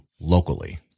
locally